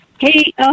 Hey